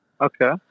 Okay